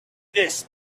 this